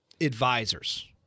advisors